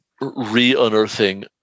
re-unearthing